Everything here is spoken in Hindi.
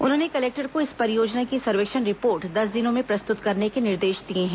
उन्होंने कलेक्टर को इस परियोजना की सर्वेक्षण रिपोर्ट दस दिनों में प्रस्तुत करने के निर्देश दिए हैं